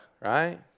right